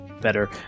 better